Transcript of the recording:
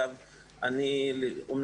אני לא